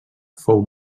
fou